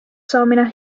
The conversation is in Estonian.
saamine